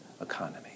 economy